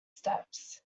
steps